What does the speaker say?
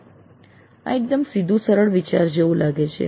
" આ એકદમ સીધું સરળ વિચાર જેવું લાગે છે